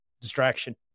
distraction